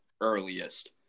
earliest